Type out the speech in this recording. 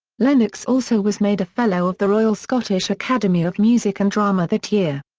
lennox also was made a fellow of the royal scottish academy of music and drama that year.